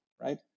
right